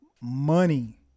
money